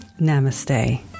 Namaste